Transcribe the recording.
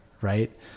Right